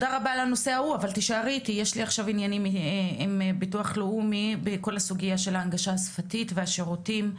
אני עוברת לנושא ההנגשה השפתית והשירותים,